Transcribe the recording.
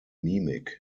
mimik